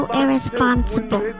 irresponsible